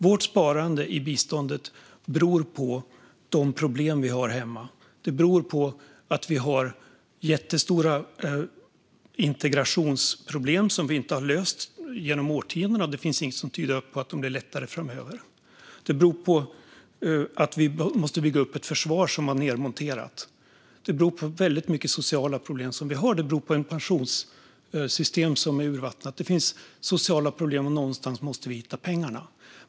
Vårt sparande när det gäller biståndet beror på de problem vi har hemma - jättestora integrationsproblem som vi inte har löst genom årtiondena, och inget tyder på att det blir lättare framöver. Det beror på att vi måste bygga upp ett försvar som man nedmonterat, och det beror på de väldigt stora sociala problem som vi har och på ett pensionssystem som är urvattnat. Det finns sociala problem, och någonstans måste vi hitta pengarna.